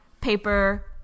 Paper